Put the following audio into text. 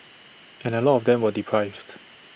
and A lot of them were deprived